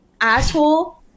asshole